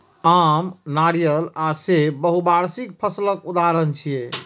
आम, नारियल आ सेब बहुवार्षिक फसलक उदाहरण छियै